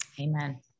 Amen